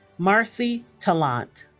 marcy tallant